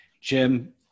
Jim